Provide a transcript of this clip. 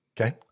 Okay